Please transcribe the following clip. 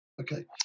okay